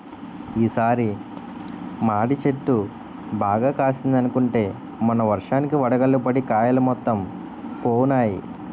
ఈ సారి మాడి చెట్టు బాగా కాసిందనుకుంటే మొన్న వర్షానికి వడగళ్ళు పడి కాయలు మొత్తం పోనాయి